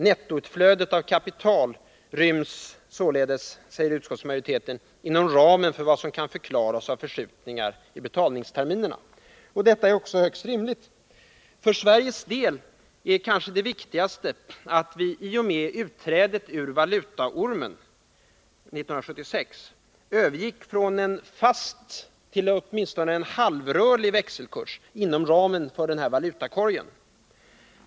Nettoutflödet av kapital ryms således, säger utskottsmajoriteten, inom ramen för vad som kan förklaras av förskjutningar i betalningsterminerna. Detta är också högst rimligt. För Sveriges del är kanske det viktigaste att vi i och med utträdet ur valutaormen 1976 övergick från en fast till åtminstone en halvrörlig växelkurs inom ramen för valutakorgen.